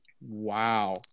wow